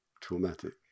traumatic